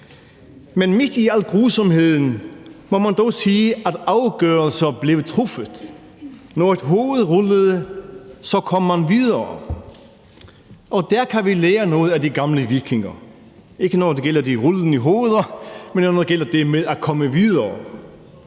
Men midt i al grusomheden må man dog sige, at afgørelser blev truffet. Når et hoved rullede, kom man videre, og der kan vi lære noget af de gamle vikinger – ikke når det gælder de rullende hoveder, men når det gælder det med at komme videre.